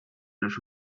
los